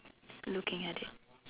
looking at the